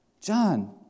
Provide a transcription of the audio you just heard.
John